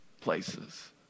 places